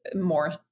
more